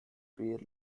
beer